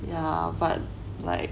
yeah but like